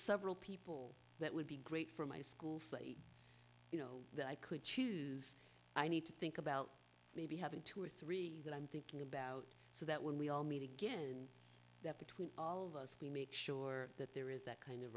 several people that would be great for my schools you know that i could choose i need to think about maybe having two or three that i'm thinking about so that when we all meet again that between us we make sure that there is that kind of